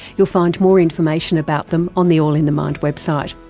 you'll find more information about them on the all in the mind website.